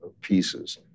pieces